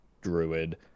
Druid